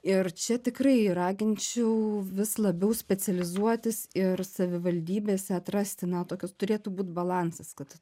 ir čia tikrai raginčiau vis labiau specializuotis ir savivaldybėse atrasti na tokius turėtų būt balansas kad